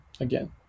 again